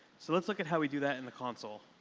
so let's look at how we do that in the console.